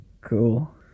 Cool